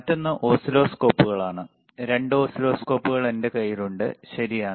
മറ്റൊന്ന് ഓസിലോസ്കോപ്പുകളാണ് 2 ഓസിലോസ്കോപ്പുകൾ എൻറെ കയ്യിൽ ഉണ്ട് ശരിയാണ്